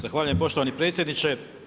Zahvaljujem poštovani predsjedniče.